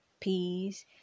peas